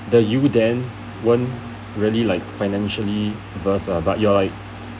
there you would then won't really like financially versed uh but you're like